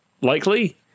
likely